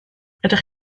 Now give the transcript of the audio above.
ydych